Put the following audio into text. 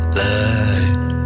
light